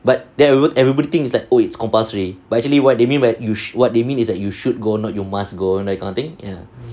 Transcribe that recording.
but that word everybody thinks that oh it's compulsory but actually what do they mean by you what they mean is that you should go not you must go that kind of thing ya